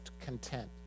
content